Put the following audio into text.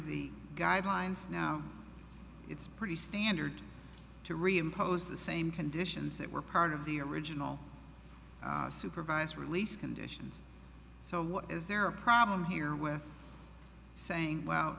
the guidelines now it's pretty standard to reimpose the same conditions that were part of the original supervised release conditions so what is there a problem here with saying well